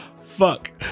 Fuck